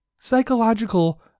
Psychological